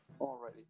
Alrighty